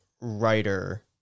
writer